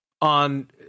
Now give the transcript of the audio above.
on